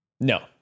No